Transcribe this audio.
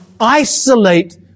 isolate